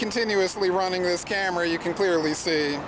continuously running this camera you can clearly see